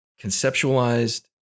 conceptualized